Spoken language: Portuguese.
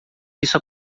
isso